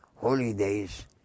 holidays